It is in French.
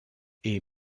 est